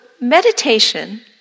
meditation